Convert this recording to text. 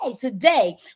today